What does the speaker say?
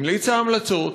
המליצה המלצות,